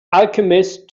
alchemist